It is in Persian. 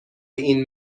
این